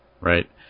right